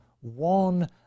one